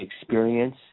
experience